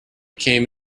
came